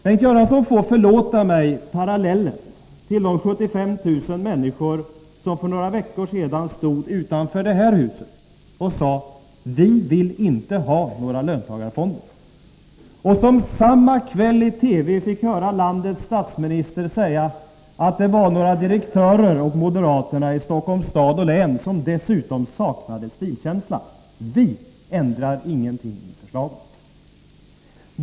Bengt Göransson får förlåta mig parallellen till de 75 000 människor som för några veckor sedan stod utanför det här huset och sade att de inte ville ha några löntagarfonder och som samma kväll i TV fick höra landets statsminister säga att det var några direktörer och moderaterna i Stockholms stad och län, som dessutom saknade stilkänsla. Vi ändrar inget i förslaget, sade statsministern.